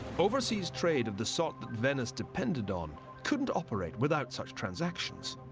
overseas trade of the sort that venice depended on couldn't operate without such transactions.